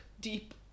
deep